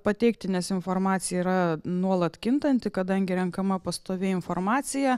pateikti nes informacija yra nuolat kintanti kadangi renkama pastovi informacija